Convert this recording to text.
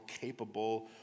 capable